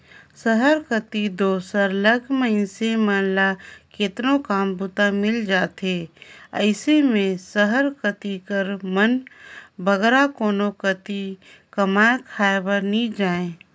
सहर कती दो सरलग मइनसे मन ल केतनो काम बूता मिल जाथे अइसे में सहर कती कर मन बगरा कोनो कती कमाए खाए बर नी जांए